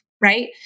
right